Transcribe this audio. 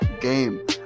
game